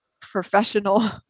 professional